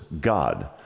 God